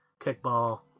kickball